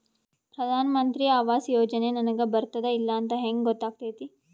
ಪ್ರಧಾನ ಮಂತ್ರಿ ಆವಾಸ್ ಯೋಜನೆ ನನಗ ಬರುತ್ತದ ಇಲ್ಲ ಅಂತ ಹೆಂಗ್ ಗೊತ್ತಾಗತೈತಿ?